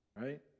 right